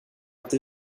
inte